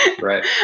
right